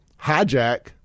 hijack